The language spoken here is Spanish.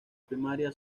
primaria